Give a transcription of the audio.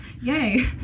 yay